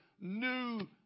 new